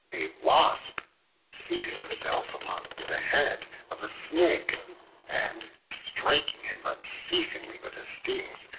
a wasp seated himself upon the head of a snake and, striking him unceasingly with his stings,